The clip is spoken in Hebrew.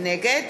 נגד